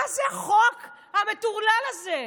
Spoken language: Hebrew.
מה זה החוק המטורלל הזה?